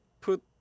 put